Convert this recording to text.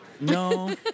No